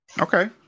Okay